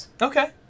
Okay